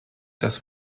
das